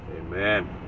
Amen